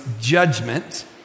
judgment